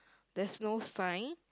there's no sign